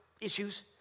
issues